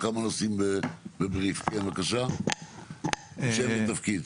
כן, בבקשה, שם ותפקיד.